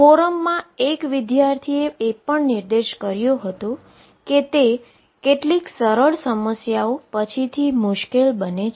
ફોરમમાં એક વિદ્યાર્થી એ પણ નિર્દેશ કર્યો કે તે કેટલીક સરળ સમસ્યાઓ પછીથી મુશ્કેલ બને છે